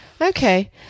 Okay